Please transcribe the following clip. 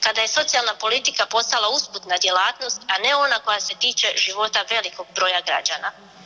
kada je socijalna politika postala usputna djelatnost, a ne ona koja se tiče života velikog broja građana.